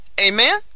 Amen